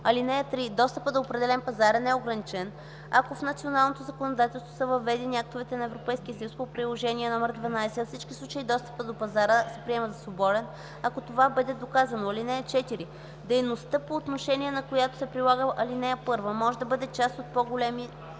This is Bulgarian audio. услуги. (3) Достъпът до определен пазар е неограничен, ако в националното законодателство са въведени актовете на Европейския съюз по Приложение № 12. Във всички случаи достъпът до пазара се приема за свободен, ако това бъде доказано. (4) Дейността, по отношение на която се прилага ал. 1, може да бъде част от по-голям